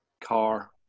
car